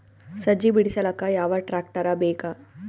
ಸಜ್ಜಿ ಬಿಡಿಸಿಲಕ ಯಾವ ಟ್ರಾಕ್ಟರ್ ಬೇಕ?